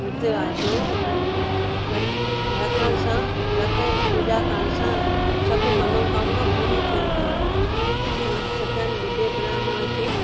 विर्त आहे जो रखण सां रखण ऐं पूजा करण सां सब मनोकामिना पूरी थियनि थियूं हुन सत्यानंद ॿुॾे ब्राह्मण खे